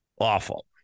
Awful